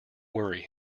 worry